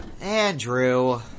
Andrew